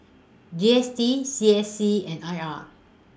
G S T C S C and I R